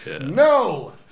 No